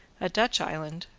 a dutch island,